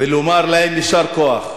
ולומר להם יישר כוח.